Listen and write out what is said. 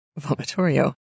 vomitorio